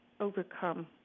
overcome